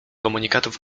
komunikatów